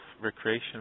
recreation